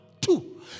two